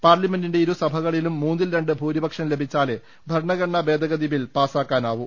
പാർല മെന്റിന്റെ ഇരുസഭകളിലും മൂന്നിൽ രണ്ട് ഭൂരിപക്ഷം ലഭിച്ചാലേ ഭരണഘ ടന ഭേദഗതി ബിൽ പാസ്സാക്കാനാവൂ